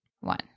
one